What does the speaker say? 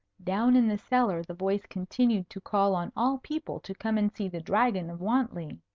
down in the cellar the voice continued to call on all people to come and see the dragon of wantley.